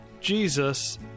Jesus